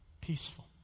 peaceful